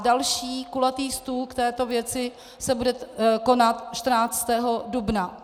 Další kulatý stůl k této věci se bude konat 14. dubna.